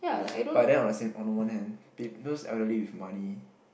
but then I on the same on one hand pe~ those elderly with money